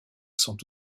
sont